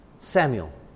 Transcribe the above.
Samuel